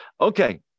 Okay